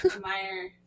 minor